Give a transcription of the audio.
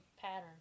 pattern